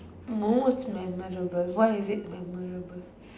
most memorable why is it memorable